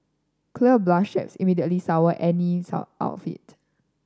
clear bra straps immediately sour any outfit